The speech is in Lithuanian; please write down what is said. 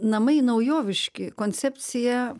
namai naujoviški koncepcija